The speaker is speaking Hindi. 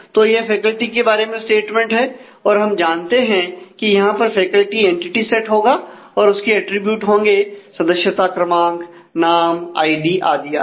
तो यह फैकल्टी एनटीटी सेट होगा और इसके अटरीब्यूट होंगे सदस्यता क्रमांक नाम आईडी आदि आदि